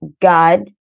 God